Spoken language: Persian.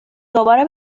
دوباره